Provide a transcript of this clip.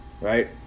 Right